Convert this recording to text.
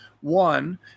one